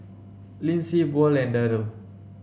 Lissie Buel and Darell